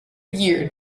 year